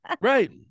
Right